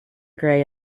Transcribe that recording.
grey